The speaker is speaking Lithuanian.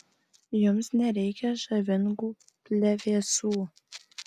jums nereikia žavingų plevėsų